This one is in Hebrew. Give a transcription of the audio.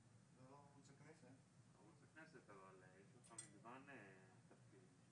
בתשתית לא מדברים רק על פלבוטומיסט.